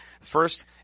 First